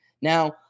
Now